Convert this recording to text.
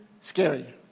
scary